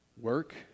work